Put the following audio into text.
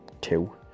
two